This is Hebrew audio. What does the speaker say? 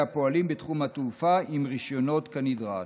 הפועלים בתחום התעופה עם רישיונות כנדרש.